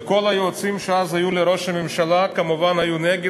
וכל היועצים שאז היו לראש הממשלה כמובן היו נגד,